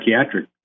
Psychiatric